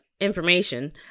information